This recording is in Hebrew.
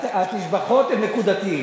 התשבחות הן נקודתיות.